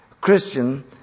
Christian